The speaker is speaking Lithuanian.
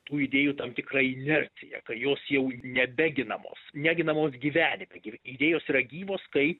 tų idėjų tam tikrą inerciją kai jos jau nebeginamos neginamos gyvenime ir idėjos yra gyvos kai